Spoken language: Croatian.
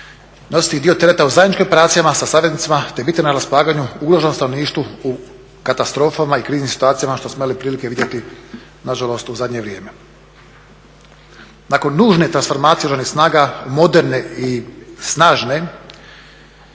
nositi i dio tereta o zajedničkim operacijama sa saveznicima te biti na raspolaganju ugroženom stanovništvu u katastrofama i kriznim situacijama što smo imali prilike vidjeti nažalost u zadnje vrijeme. Nakon nužne transformacije Oružanih snaga moderne i snažne